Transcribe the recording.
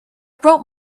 broke